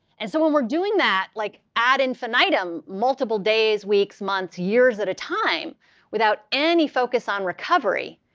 and so when we're doing that like ad infinitum, multiple days, weeks, months, years at a time without any focus on recovery,